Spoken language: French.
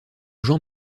jean